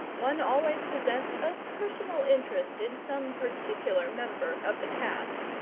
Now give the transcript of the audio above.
one always possessed a personal interest in some particular member of the cast,